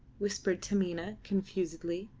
whispered taminah, confusedly.